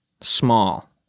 small